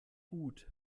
gut